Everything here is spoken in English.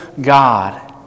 God